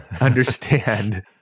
understand